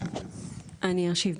אני אשיב,